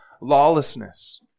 lawlessness